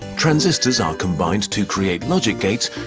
transistors are combined to create logic gates,